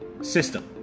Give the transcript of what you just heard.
system